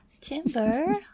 Timber